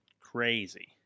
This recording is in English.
crazy